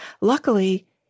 Luckily